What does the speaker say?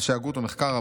אנשי הגות ומחקר,